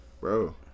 Bro